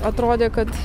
atrodė kad